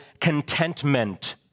contentment